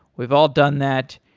we've all done that,